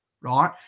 Right